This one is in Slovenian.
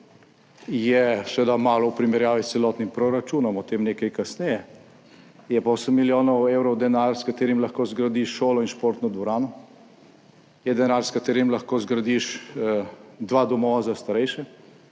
je seveda malo v primerjavi s celotnim proračunom, o tem nekaj kasneje, je pa 8 milijonov evrov denar s katerim lahko zgradiš šolo in športno dvorano je denar, s katerim lahko zgradiš dva domova za starejše,